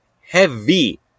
heavy